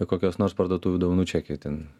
kokios nors parduotuvių dovanų čekį ten